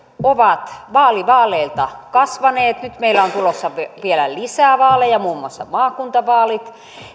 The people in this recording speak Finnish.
ovat vaali vaaleilta kasvaneet nyt meillä on tulossa vielä lisää vaaleja muun muassa maakuntavaalit